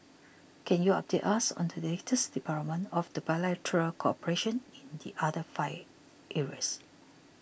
can you update us on the latest development of the bilateral cooperation in the other five areas